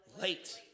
late